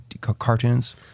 cartoons